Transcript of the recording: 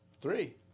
Three